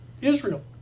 Israel